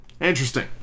Interesting